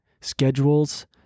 schedules